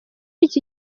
iki